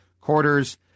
quarters